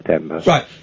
Right